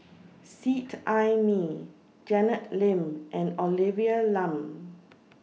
Seet Ai Mee Janet Lim and Olivia Lum